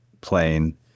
plane